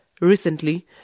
Recently